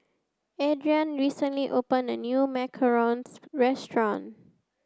Ariane recently opened a new Macarons restaurant